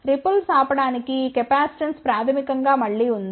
ripples ఆపడానికి ఈ capacitance ప్రాథమికంగా మళ్ళీ ఉంది